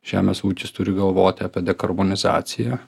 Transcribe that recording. žemės ūkis turi galvoti apie dekarbonizaciją